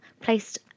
placed